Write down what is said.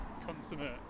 consummate